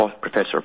Professor